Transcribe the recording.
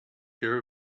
care